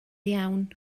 iawn